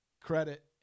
credit